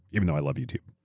even though i love youtube.